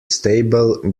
stable